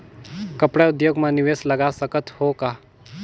कपड़ा उद्योग म निवेश लगा सकत हो का?